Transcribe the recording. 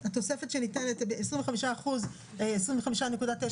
התוספת הזאת תינתן לא רק למישהו אחרי גיל פרישה,